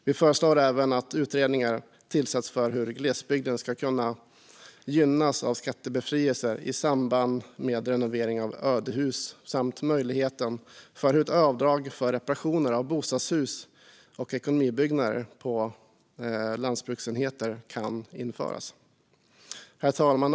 Vi föreslår även att utredningar tillsätts för att utreda hur glesbygden kan gynnas av skattebefrielser i samband med renovering av ödehus. Vidare bör utredas huruvida ett avdrag för reparationer av bostadshus och ekonomibyggnader på lantbruksenheter kan införas. Herr talman!